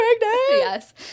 Yes